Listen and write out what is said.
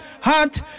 Hot